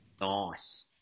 nice